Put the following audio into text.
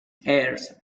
heirs